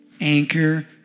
Anchor